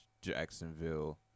Jacksonville